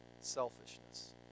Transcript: selfishness